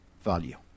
value